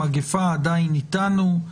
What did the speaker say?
המגפה עדיין אתנו,